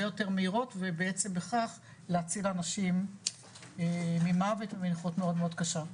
יותר מהירות ובעצם בכך להציל אנשים ממוות ומנכות מאוד קשה.